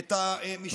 את המשפטים הבאים.